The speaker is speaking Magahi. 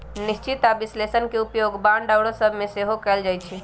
निश्चित आऽ विश्लेषण के उपयोग बांड आउरो सभ में सेहो कएल जाइ छइ